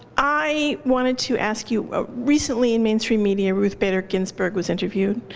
i wanted to ask you recently in mainstream media ruth bader ginsburg was interviewed.